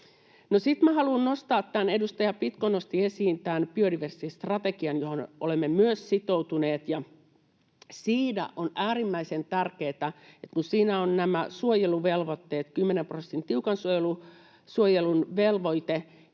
minä haluan nostaa tämän — edustaja Pitko nosti esiin tämän — biodiversiteettistrategian, johon olemme myös sitoutuneet. Siinä on äärimmäisen tärkeätä, että kun siinä ovat nämä suojeluvelvoitteet, 10 prosentin tiukan suojelun velvoite,